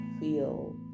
feel